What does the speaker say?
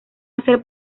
hacer